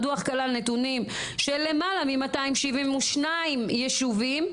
הדוח כל הנתונים של למעלה מ-272 ישובים.